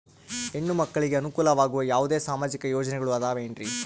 ಹೆಣ್ಣು ಮಕ್ಕಳಿಗೆ ಅನುಕೂಲವಾಗುವ ಯಾವುದೇ ಸಾಮಾಜಿಕ ಯೋಜನೆಗಳು ಅದವೇನ್ರಿ?